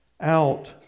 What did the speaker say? out